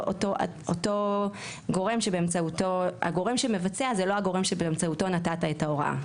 לא אותו גורם שבאמצעותו נתת את ההוראה,